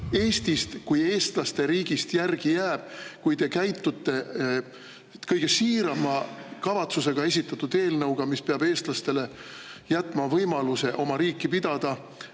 Eestist kui eestlaste riigist järgi jääb, kui te kõige siirama kavatsusega esitatud eelnõu, millega [soovitakse] eestlastele jätta võimalus oma riiki pidada,